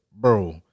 bro